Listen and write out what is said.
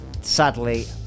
sadly